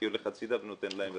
הייתי הולך הצידה ונותן להם.